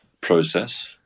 process